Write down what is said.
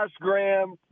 Graham –